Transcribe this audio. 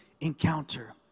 encounter